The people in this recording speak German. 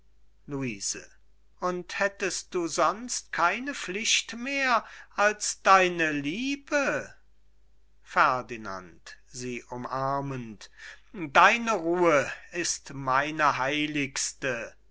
luise und hättest du sonst keine pflicht mehr als deine liebe ferdinand sie umarmend deine ruhe ist meine heiligste